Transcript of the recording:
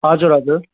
हजुर हजुर